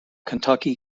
kentucky